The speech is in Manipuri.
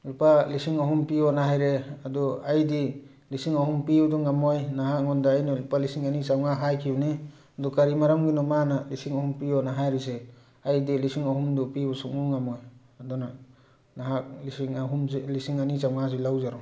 ꯂꯨꯄꯥ ꯂꯤꯁꯤꯡ ꯑꯍꯨꯝ ꯄꯤꯌꯣꯅ ꯍꯥꯏꯔꯛꯑꯦ ꯑꯗꯣ ꯑꯩꯗꯤ ꯂꯤꯁꯤꯡ ꯑꯍꯨꯝ ꯄꯤꯕꯗꯨ ꯉꯝꯃꯣꯏ ꯅꯍꯥꯛ ꯑꯩꯉꯣꯟꯗ ꯂꯨꯄꯥ ꯂꯤꯁꯤꯡ ꯑꯅꯤ ꯆꯝꯉꯥ ꯍꯥꯏꯈꯤꯕꯅꯤ ꯑꯗꯨ ꯀꯔꯤ ꯃꯔꯝꯒꯤꯅꯣ ꯃꯥꯅ ꯂꯤꯁꯤꯡ ꯑꯍꯨꯝ ꯄꯤꯌꯣꯅ ꯍꯥꯏꯔꯤꯁꯦ ꯑꯩꯗꯤ ꯂꯤꯁꯤꯡ ꯑꯍꯨꯝꯗꯣ ꯄꯤꯕ ꯁꯨꯛꯉꯝ ꯉꯝꯃꯣꯏ ꯑꯗꯨꯅ ꯅꯍꯥꯛ ꯂꯤꯁꯤꯡ ꯑꯍꯨꯝꯁꯦ ꯂꯤꯁꯤꯡ ꯑꯅꯤ ꯆꯥꯝꯃꯉꯥꯁꯦ ꯂꯧꯖꯔꯣ